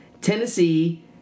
Tennessee